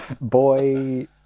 Boy